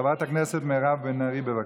חברת הכנסת מירב בן ארי, בבקשה.